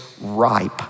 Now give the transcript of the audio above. ripe